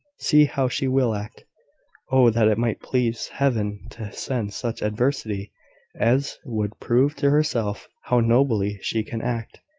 see how she will act oh, that it might please heaven to send such adversity as would prove to herself how nobly she can act!